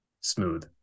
smooth